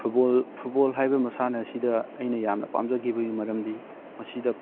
football football ꯍꯥꯏꯕ ꯃꯁꯥꯟꯅ ꯑꯁꯤꯗ ꯑꯩꯅ ꯌꯥꯝꯅ ꯄꯥꯝꯖꯈꯤꯕꯒꯤ ꯃꯔꯝꯗꯤ ꯃꯁꯤꯗ